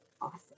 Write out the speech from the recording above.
awesome